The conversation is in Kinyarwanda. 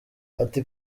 ati